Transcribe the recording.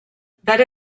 that